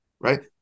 right